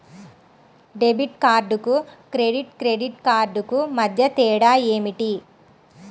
Debit కార్డుకు credit credit కార్డుకు మధ్య తేడా ఏమిటీ?